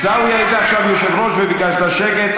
עיסאווי, היית עכשיו יושב-ראש וביקשת שקט.